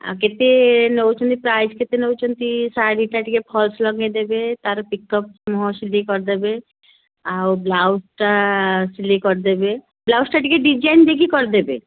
ଆଉ କେତେ ନେଉଛନ୍ତି ପ୍ରାଇସ୍ କେତେ ନେଉଛନ୍ତି ଶାଢ଼ୀଟା ଟିକେ ଫଲ୍ସ୍ ଲଗାଇ ଦେବେ ତା'ର ପିକପ ମୁହଁ ସିଲେଇ କରିଦେବେ ଆଉ ବ୍ଲାଉଜଟା ସିଲେଇ କରିଦେବେ ବ୍ଲାଉଜଟା ଟିକେ ଡିଜାଇନ୍ ଦେଇକି କରିଦେବେ